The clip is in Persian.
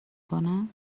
کنن